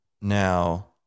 Now